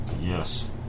Yes